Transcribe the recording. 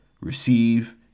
receive